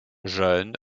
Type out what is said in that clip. jeune